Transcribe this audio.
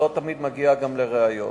ולא תמיד מגיעה לראיות.